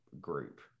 group